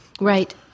Right